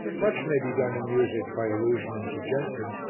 much may be done in music by allusion and suggestion.